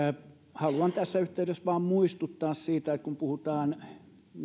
haluan tässä yhteydessä vain muistuttaa siitä kun nyt puhutaan